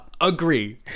agree